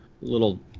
little